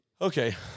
Okay